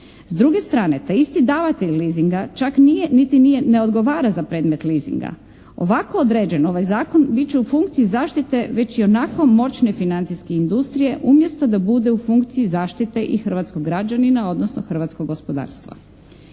S druge strane taj isti davatelj leasinga čak nije niti ne odgovara za predmet leasinga. Ovako određen ovaj zakon bit će u funkciji zaštite već ionako moćne financijske industrije, umjesto da bude u funkciji zaštite i hrvatskog građanina, odnosno hrvatskog gospodarstva.